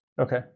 Okay